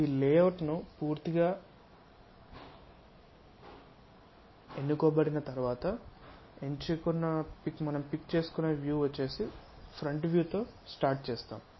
ఈ లేఅవుట్ పూర్తిగా ఎన్నుకోబడిన తర్వాత ఎంచుకున్న వ్యూ వచ్చేసి ఫ్రంట్ వ్యూ తో ప్రారంభిస్తాం